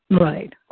right